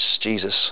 Jesus